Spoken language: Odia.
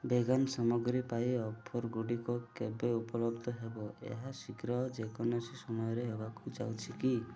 ଭେଗାନ୍ ସାମଗ୍ରୀ ପାଇଁ ଅଫର୍ଗୁଡ଼ିକ କେବେ ଉପଲବ୍ଧ ହେବ ଏହା ଶୀଘ୍ର ଯେକୌଣସି ସମୟରେ ହେବାକୁ ଯାଉଛି କି